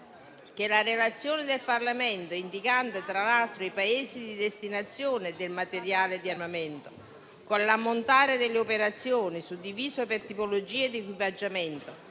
che la relazione del Parlamento, indicando tra l'altro i Paesi di destinazione del materiale di armamento, con l'ammontare delle operazioni suddivise per tipologie di equipaggiamento